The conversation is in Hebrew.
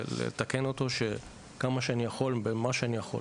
לתקן אותו כמה שאני יכול במה שאני יכול